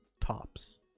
tops